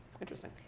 Interesting